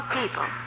people